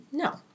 No